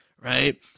right